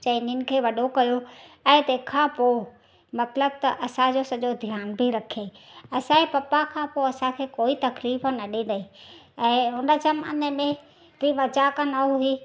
चइनिनि खे वॾो कयो ऐं तंहिंखां पोइ मतिलबु त असांजो सॼो ध्यान बि रखियो असांजे पप्पा खां पोइ असांखे कोई तकलीफ़ न ॾिनी ऐं हुन ज़माने में बि मज़ाक न हुई